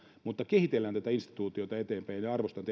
mutta kehitellään tätä instituutiota eteenpäin ja arvostan